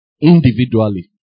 individually